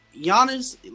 Giannis